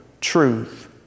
truth